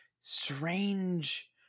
strange